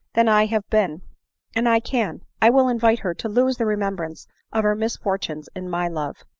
than i have been and i can, i will invite her to lose the remembrance of her misfor tunes in my love!